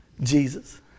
Jesus